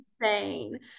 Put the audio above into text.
insane